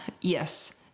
yes